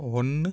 ஒன்று